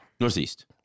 Northeast